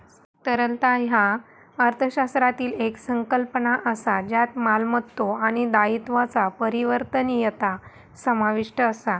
तरलता ह्या अर्थशास्त्रातली येक संकल्पना असा ज्यात मालमत्तो आणि दायित्वांचा परिवर्तनीयता समाविष्ट असा